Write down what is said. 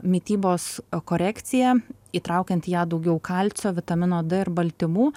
mitybos korekcija įtraukiant į ją daugiau kalcio vitamino d ir baltymų